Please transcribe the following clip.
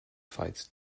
fight